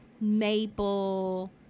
maple